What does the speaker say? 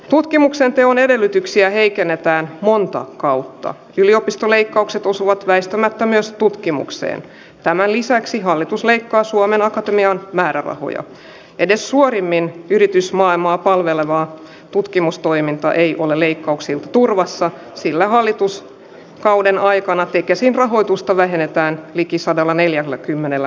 tutkimuksen teon edellytyksiä heikennetään monta kautta yliopisto leikkaukset osuvat väistämättä myös tutkimukseen tämän lisäksi hallitus leikkaa suomen akatemian määrärahoja edes suorimmin yritysmaailmaa palvelevaa tutkimustoiminta ei ole leikkauksilta turvassa sillä hallitus kauden aikana tekesin rahoitusta vähennetään liki sadallaneljälläkymmenellä